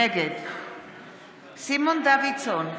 נגד סימון דוידסון,